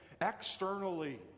externally